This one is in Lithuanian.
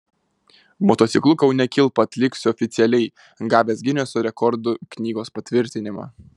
motociklu kaune kilpą atliksiu oficialiai gavęs gineso rekordų knygos patvirtinimą